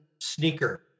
sneaker